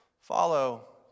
Follow